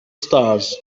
stars